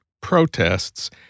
protests